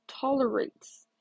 tolerates